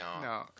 No